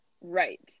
Right